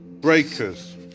breakers